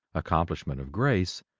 accomplishment of grace,